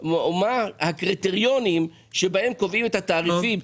הקריטריונים שלפיהם קובעים את התעריפים,